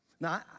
Now